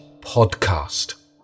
podcast